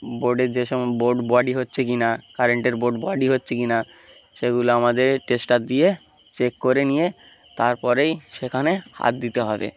বোর্ডের যে সম বোর্ড বডি হচ্ছে কি না কারেন্টের বোর্ড বডি হচ্ছে কি না সেগুলো আমাদের টেস্টার দিয়ে চেক করে নিয়ে তার পরেই সেখানে হাত দিতে হবে